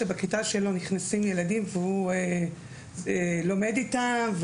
כי בכיתה שלו נכנסים ילדים והוא לומד איתם,